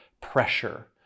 pressure